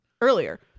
earlier